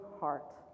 heart